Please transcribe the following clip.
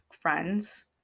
friends